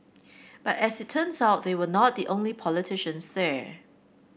but as it turns out they were not the only politicians there